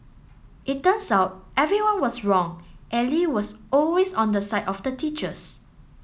it turns out everyone was wrong and Lee was always on the side of the teachers